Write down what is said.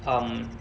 um